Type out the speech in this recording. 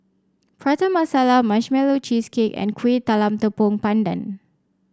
Prata Masala Marshmallow Cheesecake and Kueh Talam Tepong Pandan